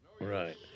Right